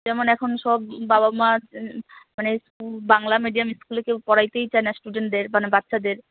কেমন এখন সব বাবা মা মানে স্কুল বাংলা মিডিয়াম স্কুলে কেউ পড়াতে চায় না স্টুডেন্টদের মানে বাচ্চাদের